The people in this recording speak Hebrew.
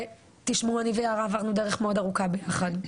תשמעו, אני ויערה עברנו דרך מאוד ארוכה ביחד,